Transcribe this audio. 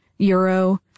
Euro